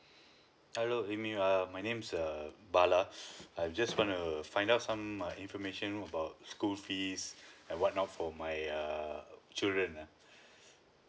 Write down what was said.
hello err my name is err bala I just want to err find out some uh information about school fees and what not for my err children ah